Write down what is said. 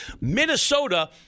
Minnesota